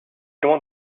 loin